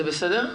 זה בסדר?